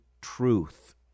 truth